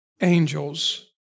angels